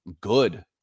good